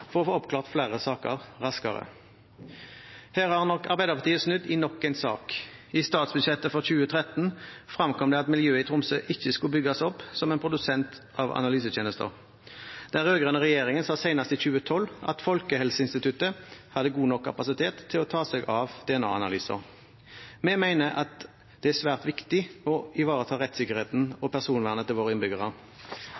for å få oppklart flere saker raskere. Her har nok Arbeiderpartiet snudd i nok en sak. I statsbudsjettet for 2013 fremkom det at miljøet i Tromsø ikke skulle bygges opp som en produsent av analysetjenester. Den rød-grønne regjeringen sa senest i 2012 at Folkehelseinstituttet hadde god nok kapasitet til å ta seg av DNA-analyser. Vi mener at det er svært viktig å ivareta rettssikkerheten